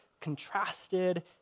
contrasted